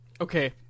Okay